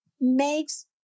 makes